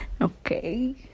okay